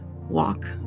walk